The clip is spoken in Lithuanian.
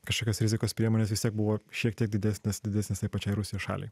kažkokios rizikos priemonės vis tiek buvo šiek tiek didesnės didesnės nei pačiai rusijos šaliai